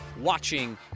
watching